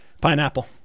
pineapple